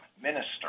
minister